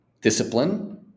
discipline